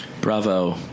Bravo